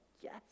Yes